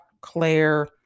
Claire